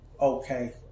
Okay